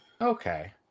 Okay